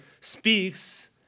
speaks